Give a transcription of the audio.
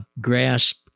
grasp